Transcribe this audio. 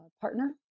partner